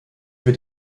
wird